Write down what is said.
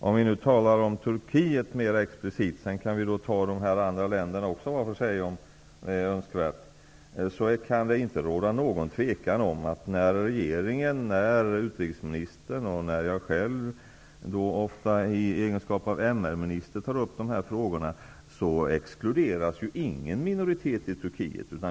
För att tala om Turkiet mer explicit -- vi kan därefter också tala om de andra länderna var för sig om så önskas -- kan det inte råda något tvivel om att när regeringen, utrikesministern och jag själv, ofta i egenskap av MR-minister, tar upp de här frågorna exkluderas ingen minoritet i Turkiet.